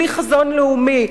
בלי חזון לאומי,